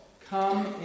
come